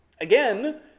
Again